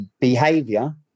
behavior